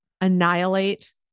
annihilate